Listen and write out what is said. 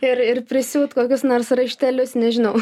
ir ir prisiūt kokius nors raištelius nežinau